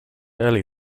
early